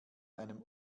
einem